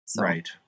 Right